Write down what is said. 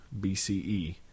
BCE